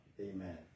Amen